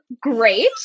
great